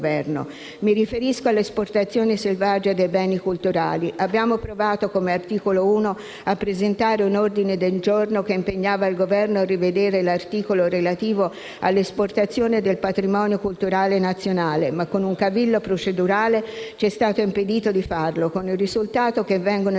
Mi riferisco all'esportazione selvaggia dei beni culturali. Come Articolo 1-MDP abbiamo provato a presentare un ordine del giorno che impegnava il Governo a rivedere l'articolo relativo all'esportazione del patrimonio culturale nazionale, ma con un cavillo procedurale ci è stato impedito di farlo, con il risultato che vengono eliminati